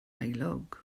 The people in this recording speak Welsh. heulog